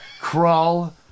crawl